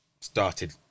started